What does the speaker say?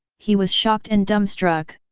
he was shocked and dumbstruck.